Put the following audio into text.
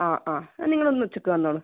ആ ആ നിങ്ങളിന്ന് ഉച്ചയ്ക്ക് വന്നോളു